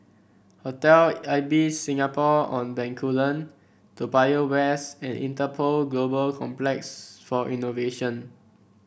Hotel Ibis Singapore On Bencoolen Toa Payoh West and Interpol Global Complex for Innovation